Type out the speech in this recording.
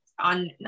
on